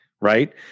right